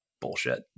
bullshit